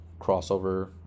crossover